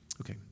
Okay